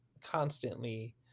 constantly